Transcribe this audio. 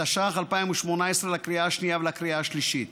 התשע"ח 2018, לקריאה השנייה ולקריאה השלישית.